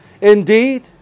Indeed